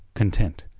content,